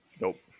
Nope